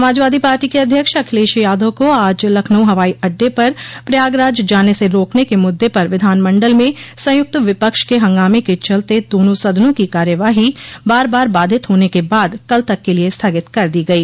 Samajwadi party के अध्यक्ष अखिलेश यादव को आज लखनऊ हवाई अड्डे पर प्रयागराज जाने से रोकने के मुददे पर विधानमंडल में संयुक्त विपक्ष के हंगामे के चलते दोनों सदनों की कार्यवाही बार बार बाधित होने के बाद कल तक के लिये स्थगित कर दी गई